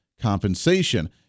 Compensation